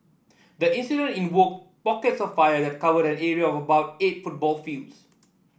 the incident involved pockets of fire that covered an area of about eight football fields